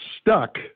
stuck